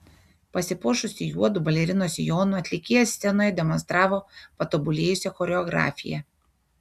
pasipuošusi juodu balerinos sijonu atlikėja scenoje demonstravo patobulėjusią choreografiją